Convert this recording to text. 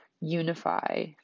unify